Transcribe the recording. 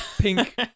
pink